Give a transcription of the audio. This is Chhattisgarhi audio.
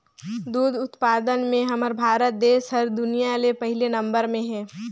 दूद उत्पादन में हमर भारत देस हर दुनिया ले पहिले नंबर में हे